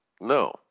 No